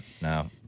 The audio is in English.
No